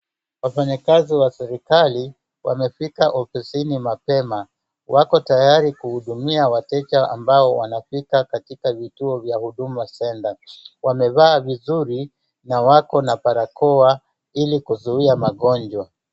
Wafanyakazi wa serikali wamefika ofisini mapema, wako tayari kuhudumia wateja ambao wanafika katika vituo vya Huduma Centre. Wamevaa vizuri na wako na barakoa ili kuzuia magonjwa.